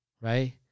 right